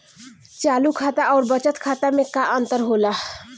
चालू खाता अउर बचत खाता मे का अंतर होला?